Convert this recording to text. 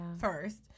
first